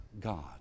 God